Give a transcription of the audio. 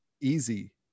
easy